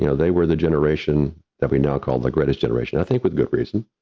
you know they were the generation that we now call the greatest generation, i think, with good reason.